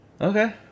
Okay